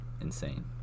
insane